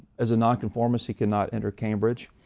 as a non-conformist he could not enter cambridge,